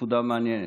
נקודה מעניינת,